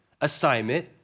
assignment